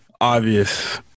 Obvious